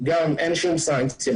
גם אין שום סנקציה,